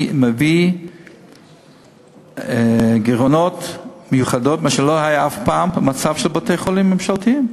מביא גירעונות מיוחדים שלא היו אף פעם בבתי-החולים הממשלתיים.